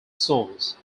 songs